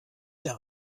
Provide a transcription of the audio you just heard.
der